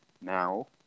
now